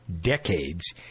decades